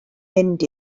mynd